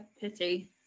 pity